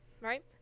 Right